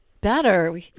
better